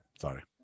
Sorry